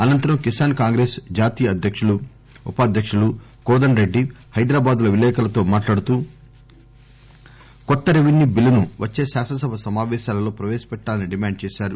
అనంతరం కిసాన్ కాంగ్రెస్ జాతీయ ఉపాధ్యకులు కోదండ రెడ్డి హైదరాబాద్ లో విలేకరులతో మాట్లాడుతూ కొత్త రెవిన్యూ బిల్లును వచ్చే శాసన సభ సమాపేశాలలో ప్రపేశపెట్టాలని డిమాండ్ చేశారు